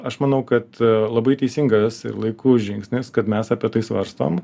aš manau kad labai teisingas ir laiku žingsnius kad mes apie tai svarstom